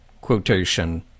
quotation